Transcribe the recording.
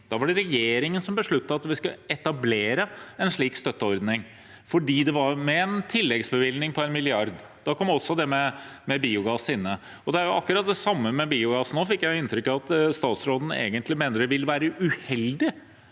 Da var det regjeringen som besluttet at vi skulle etablere en slik støtteordning, med en tilleggsbevilgning på 1 mrd. kr. Da kom også det med biogass inn. Det er akkurat det samme med biogass. Nå fikk jeg inntrykk av at statsråden egentlig mener det vil være uheldig